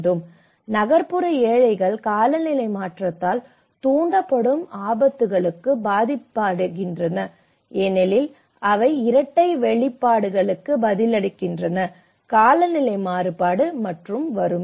L 3128 முதல் 3400 வரை நகர்ப்புற ஏழைகள் காலநிலை மாற்றத்தால் தூண்டப்படும் ஆபத்துக்களுக்கு பாதிக்கப்படுகின்றனர் ஏனெனில் அவை இரட்டை வெளிப்பாடுகளுக்கு பதிலளிக்கின்றன காலநிலை மாறுபாடு மற்றும் வறுமை